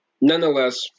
nonetheless